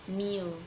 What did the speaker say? meal